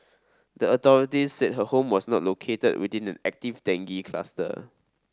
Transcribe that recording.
the authorities said her home was not located within an active dengue cluster